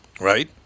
right